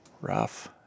rough